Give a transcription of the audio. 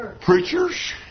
Preachers